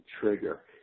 trigger